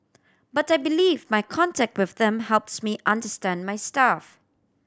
but I believe my contact with them helps me understand my staff